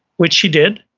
which she did,